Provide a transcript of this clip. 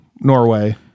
Norway